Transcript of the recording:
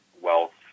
wealth